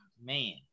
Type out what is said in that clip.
man